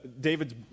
David's